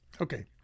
Okay